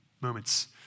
moments